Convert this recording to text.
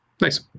Nice